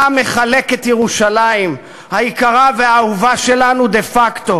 אתה מחלק את ירושלים היקרה והאהובה שלנו דה-פקטו.